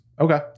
Okay